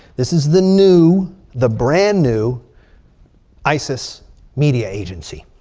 this is the new the brand new isis media agency.